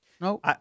No